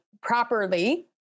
properly